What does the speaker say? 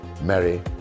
merry